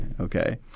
okay